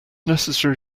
necessary